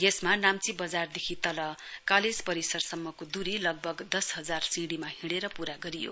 यसमा नाम्ची वजारदेखि तल कालेज परिसरसम्म को दूरी लगभग दस हजार सिँढीमा पूरा गरियो